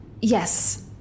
Yes